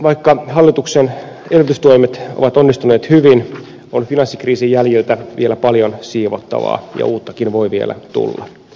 vaikka hallituksen elvytystoimet ovat onnistuneet hyvin on finanssikriisin jäljiltä vielä paljon siivottavaa ja uuttakin voi vielä tulla